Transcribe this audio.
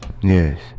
Yes